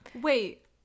Wait